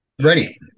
Ready